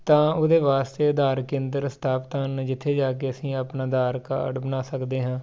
ਤਾਂ ਉਹਦੇ ਵਾਸਤੇ ਆਧਾਰ ਕੇਂਦਰ ਸਥਾਪਿਤ ਹਨ ਜਿੱਥੇ ਜਾ ਕੇ ਅਸੀਂ ਆਪਣਾ ਆਧਾਰ ਕਾਰਡ ਬਣਾ ਸਕਦੇ ਹਾਂ